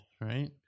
Right